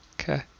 okay